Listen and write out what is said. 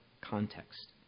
context